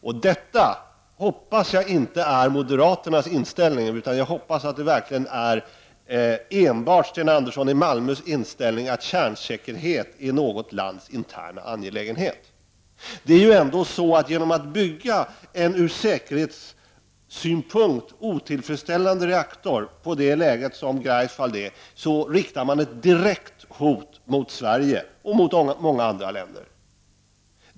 Jag hoppas att detta inte är moderaternas inställning, utan att det verkligen enbart är Sten Anderssons i Malmö inställning att kärnsäkerhet är något lands interna angelägenhet. När man bygger en ur säkerhetssynpunkt otillfredsställande reaktor på den plats där Greifswald finns riktar man ett direkt hot mot Sverige och många andra länder.